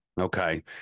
Okay